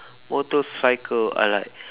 motorcycle I like